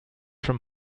from